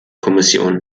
kommission